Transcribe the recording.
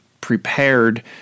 prepared